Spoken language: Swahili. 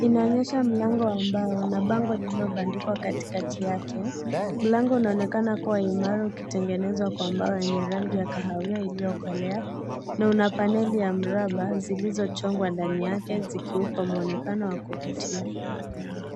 Inaonyesha mlango wa mbao na bango lililobandikwa katikati yake . Mlango unaonekana kuwa imara ukitengenezwa kwa mbao yenye rangi ya kahawia iliyokolea na una paneli ya mraba zilizochongwa ndani yake zikiupa mwonekano wa kuvutia .